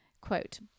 quote